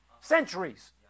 centuries